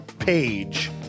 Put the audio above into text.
page